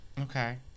Okay